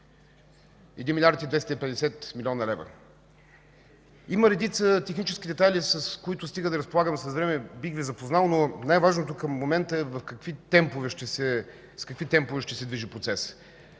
1 млрд. 250 млн. лв. Има редица технически детайли, с които, стига да разполагам с време, бих Ви запознал, но най-важното към момента е с какви темпове ще се движи процесът.